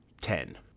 ten